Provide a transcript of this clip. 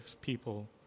people